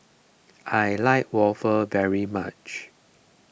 I like waffle very much